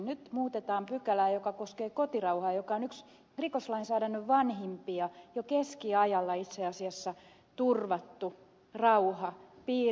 nyt muutetaan pykälää joka koskee kotirauhaa joka on yksi rikoslainsäädännön vanhimpia jo keskiajalla itse asiassa on turvattu rauha piiri